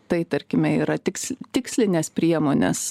tai tarkime yra tiks tikslines priemones